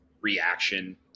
reaction